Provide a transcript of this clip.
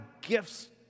gifts